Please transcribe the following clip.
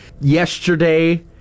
yesterday